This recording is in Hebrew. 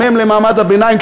גם הם למעמד הביניים,